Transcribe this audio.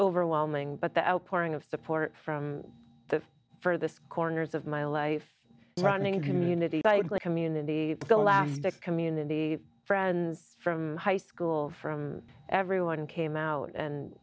overwhelming but the outpouring of support from the for the corners of my life running community by community the last the community friends from high school from everyone came out and